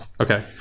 Okay